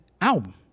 album